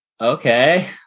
okay